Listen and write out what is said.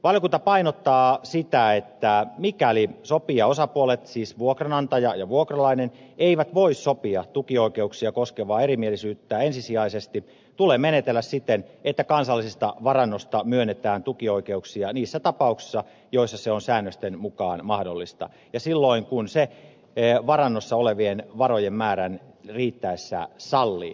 valiokunta painottaa sitä että mikäli sopijaosapuolet siis vuokranantaja ja vuokralainen eivät voi sopia tukioikeuksia koskevaa erimielisyyttään ensisijaisesti tulee menetellä siten että kansallisesta varannosta myönnetään tukioikeuksia niissä tapauksissa joissa se on säännösten mukaan mahdollista ja silloin kun se varannossa olevien varojen määrä sen sallii